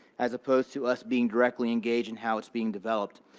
as opposed to us being directly engaged in how it's being developed.